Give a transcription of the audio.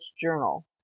Journal